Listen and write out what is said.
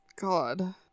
God